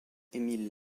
émile